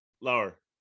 lower